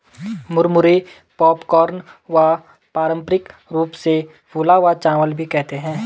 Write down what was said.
मुरमुरे पॉपकॉर्न व पारम्परिक रूप से फूला हुआ चावल भी कहते है